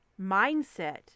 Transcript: mindset